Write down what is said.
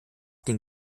dem